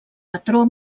patró